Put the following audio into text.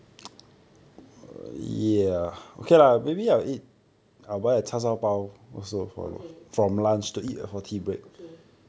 okay okay